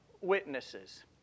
witnesses